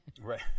right